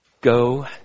Go